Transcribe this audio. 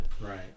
Right